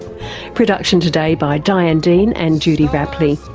production today by diane dean and judy rapley.